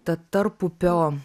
ta tarpupio